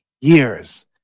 years